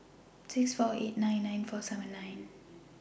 six four eight nine nine four seven nine